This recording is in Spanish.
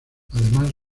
además